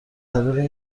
طریق